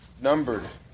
numbered